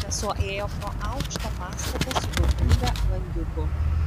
sesuo ėjo pro aukštą pastatą su daugybe langiukų